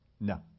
No